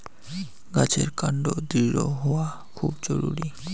গাছের কান্ড দৃঢ় হওয়া খুব জরুরি